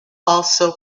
also